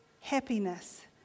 Happiness